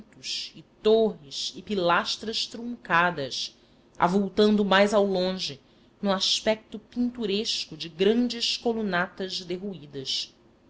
plintos e torres e pilastras truncadas avultando mais ao longe no aspecto pinturesco de grandes colunatas derruídas